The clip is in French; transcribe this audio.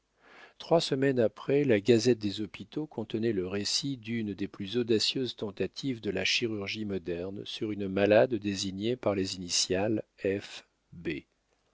trois semaines après la gazette des hôpitaux contenait le récit d'une des plus audacieuses tentatives de la chirurgie moderne sur une malade désignée par les initiales